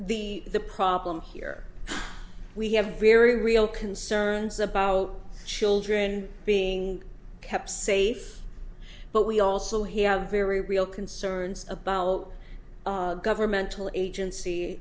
the the problem here we have very real concerns about children being kept safe but we also hear very real concerns about governmental agency